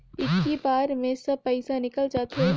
इक्की बार मे सब पइसा निकल जाते?